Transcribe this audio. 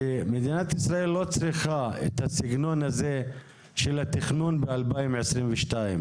שמדינת ישראל אינה צריכה את הסגנון הזה של התכנון 2022,